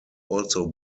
also